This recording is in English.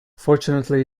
fortunately